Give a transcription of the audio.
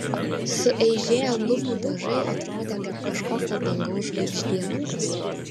sueižėję lubų dažai atrodė kaip kažkokio dangaus žvaigždėlapis